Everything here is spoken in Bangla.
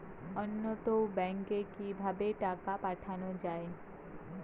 অন্যত্র ব্যংকে কিভাবে টাকা পাঠানো য়ায়?